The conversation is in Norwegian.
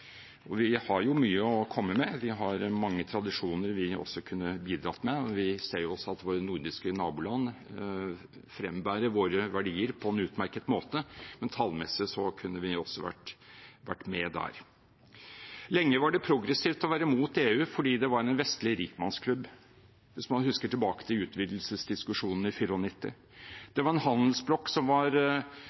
gjør. Vi har jo mye å komme med – vi har mange tradisjoner vi kunne bidratt med, og vi ser også at våre nordiske naboland frembærer våre verdier på en utmerket måte, men tallmessig kunne vi også vært med der. Lenge var det progressivt å være imot EU fordi det var en vestlig rikmannsklubb – hvis man husker tilbake til utvidelsesdiskusjonen i 1994. Det var en handelsblokk som var